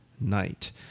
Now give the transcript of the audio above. night